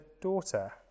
daughter